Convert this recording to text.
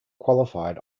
qualified